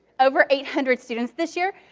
over eight hundred students this year.